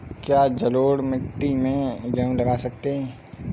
क्या जलोढ़ मिट्टी में गेहूँ लगा सकते हैं?